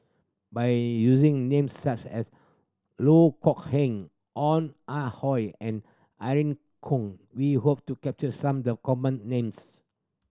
by using names such as Loh Kok Heng Ong Ah Hoi and Irene Khong we hope to capture some the common names